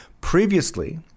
Previously